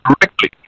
correctly